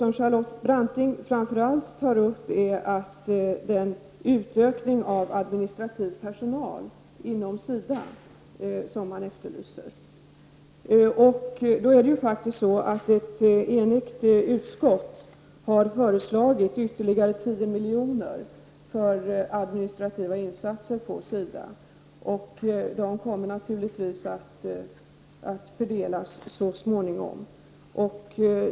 Vad Charlotte Branting framför allt talar om är en ökning av den administrativa personalen inom SIDA. Ett enigt utskott har föreslagit ytterligare 10 milj.kr. för administrativa insatser inom SIDA. Dessa pengar kommer naturligtvis så småningom att fördelas.